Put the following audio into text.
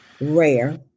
rare